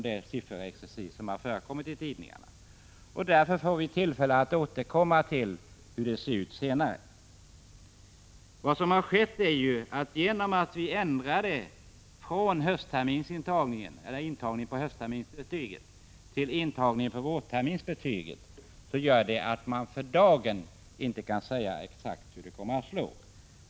Därför får vi senare tillfälle att återkomma till hur det ser ut. Genom att vi ändrade från intagning på höstterminsbetyget till intagning på vårterminsbetyget kan man för dagen inte säga exakt hur det kommer att slå.